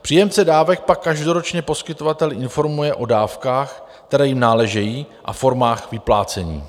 Příjemce dávek pak každoročně poskytovatel informuje o dávkách, které jim náležejí, a formách vyplácení.